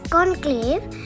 Conclave